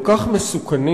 כל כך מסוכנים,